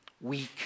weak